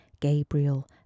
Gabriel